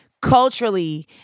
culturally